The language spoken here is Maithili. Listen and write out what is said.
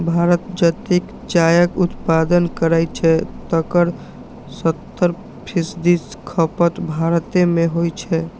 भारत जतेक चायक उत्पादन करै छै, तकर सत्तर फीसदी खपत भारते मे होइ छै